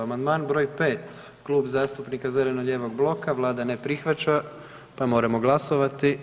Amandman br. 5, Klub zastupnika zeleno-lijevog bloka, Vlada ne prihvaća pa moramo glasovati.